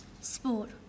Sport